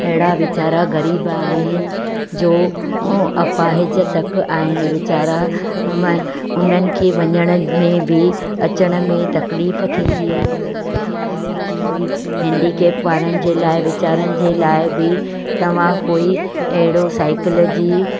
अहिड़ा वीचारा ग़रीब आहिनि जो अपाहिज तक आहिनि वीचारा हम उन्हनि खे वञण में बि अचण में तकलीफ़ थींदी आहे उन्हनि जे लाइ बि कोई हैंडीकेप वारनि जे लाइ वीचारनि जे लाइ बि तव्हां कोई अहिड़ो साइकिल जी